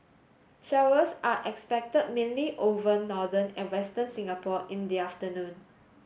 showers are expected mainly over northern and western Singapore in the afternoon